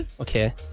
okay